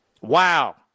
Wow